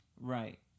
right